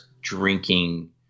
drinking